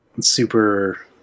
super